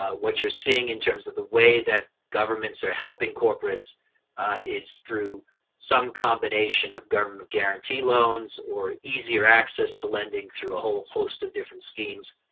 what you're seeing in terms of the way that governments are helping corporates is through some combination of government guarantee loans or easier access to lending through a whole host of different schemes.